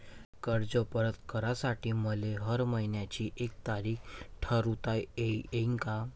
कर्ज परत करासाठी मले हर मइन्याची एक तारीख ठरुता येईन का?